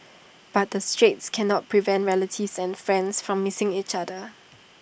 but the straits cannot prevent relatives and friends from missing each other